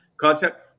concept